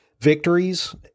victories